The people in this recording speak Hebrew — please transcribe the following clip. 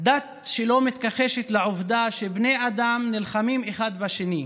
דת שלא מתכחשת לעובדה שבני אדם נלחמים אחד בשני,